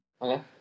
Okay